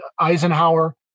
Eisenhower